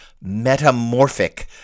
metamorphic